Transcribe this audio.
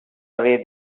away